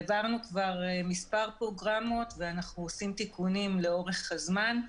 העברנו כבר מספר פרוגרמות ואנחנו עושים תיקונים לאורך הזמן.